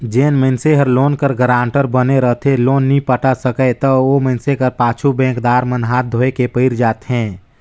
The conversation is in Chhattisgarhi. जेन मइनसे हर लोन कर गारंटर बने रहथे लोन नी पटा सकय ता ओ मइनसे कर पाछू बेंकदार मन हांथ धोए के पइर जाथें